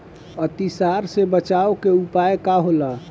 अतिसार से बचाव के उपाय का होला?